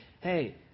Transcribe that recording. hey